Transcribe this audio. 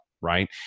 right